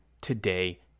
today